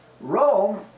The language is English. Rome